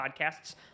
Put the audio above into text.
podcasts